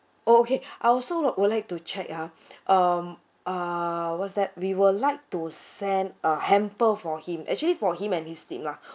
okay I also would like to check ah um uh what's that we would like to send a hamper for him actually for him and his team lah